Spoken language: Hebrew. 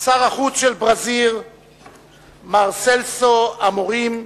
שר החוץ של ברזיל מר סלסו אמורים,